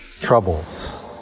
troubles